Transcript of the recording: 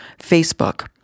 Facebook